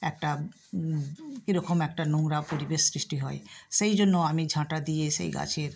একটা কীরকম একটা নোংরা পরিবেশ সৃষ্টি হয় সেই জন্য আমি ঝাঁটা দিয়ে সেই গাছের